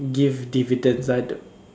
give dividends lah